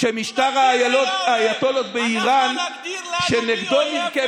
כובש לא יכול להטיף מוסר.